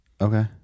okay